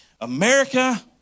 America